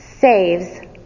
Saves